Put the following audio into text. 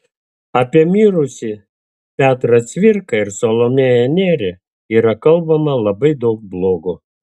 apie mirusį petrą cvirką ir salomėją nerį yra kalbama labai daug blogo